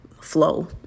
flow